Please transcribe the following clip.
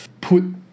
put